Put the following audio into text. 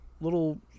little